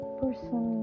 person